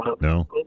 No